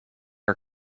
are